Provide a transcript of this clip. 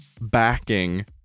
backing